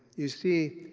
you see,